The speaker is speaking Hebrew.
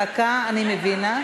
דקה, אני מבינה.